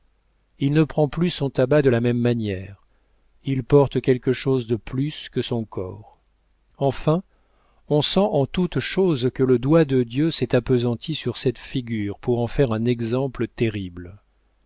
il ne prend plus son tabac de la même manière il porte quelque chose de plus que son corps enfin on sent en toute chose que le doigt de dieu s'est appesanti sur cette figure pour en faire un exemple terrible